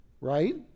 right